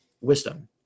wisdom